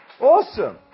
Awesome